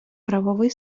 правовий